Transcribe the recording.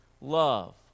love